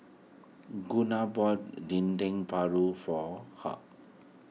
Gunnar bought Dendeng Paru for Herb